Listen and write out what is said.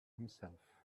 himself